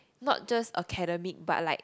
not just academic but like